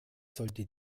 sollte